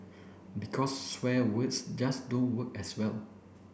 because swear words just don't work as well